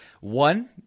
One